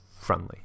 friendly